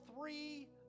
three